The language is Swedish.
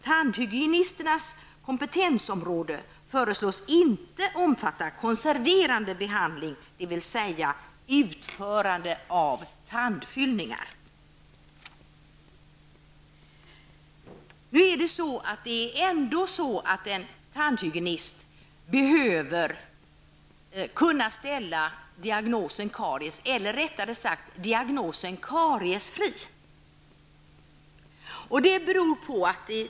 Tandhygienisternas kompetensområde föreslås inte omfatta konserverande behandling, dvs. utförande av tandfyllningar.'' En tandhygienist behöver ändå kunna ställa diagnosen kariesfri.